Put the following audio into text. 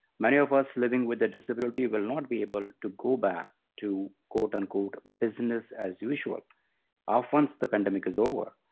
many of us living with a disability will not be able to go back to quote unquote business as usual once the pandemic is over,